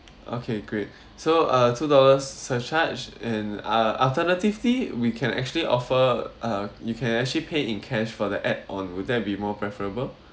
okay great so uh two dollars surcharge and uh alternatively we can actually offer uh you can actually pay in cash for the add on would that be more preferable